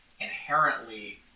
inherently